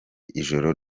ijoro